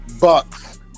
Bucks